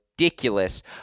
ridiculous